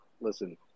listen